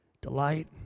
delight